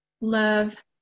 love